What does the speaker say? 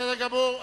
בסדר גמור.